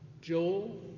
Joel